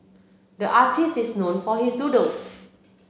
the artist is known for his doodles